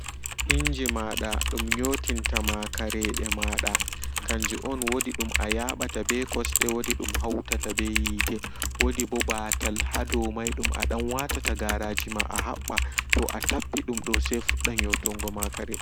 Injimada dum nyotintama karede mada kanju on wodi dum ayaɓata ɓe kosde wodi dum hautata ɓe yiite wodiɓo ɓatal hadou mai dum adan watata gaaraaji ma aɓɓa toa tappi dumdo sai fudda nyotungo ma kare.